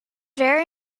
very